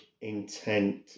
intent